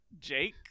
Jake